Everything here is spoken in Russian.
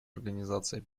организацией